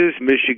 Michigan